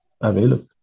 available